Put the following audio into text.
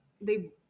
They-